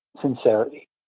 sincerity